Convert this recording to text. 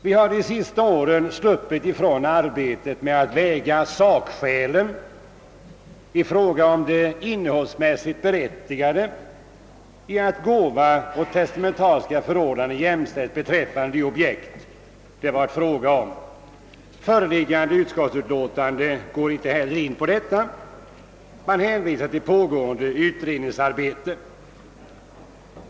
Vi har de senaste åren sluppit ifrån arbetet att väga sakskälen i fråga om det innehållsmässigt berättigade i att gåva och testamentariska förordnanden jämställes beträffande de objekt det varit fråga om. Föreliggande utskottsutlåtande går inte heller in på detta. Man hänvisar till pågående utredningsarbete.